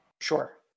Sure